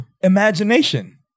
Imagination